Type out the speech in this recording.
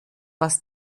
was